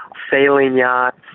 sailing yachts,